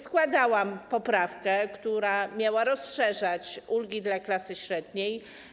Składałam poprawkę, która miała rozszerzać ulgę dla klasy średniej.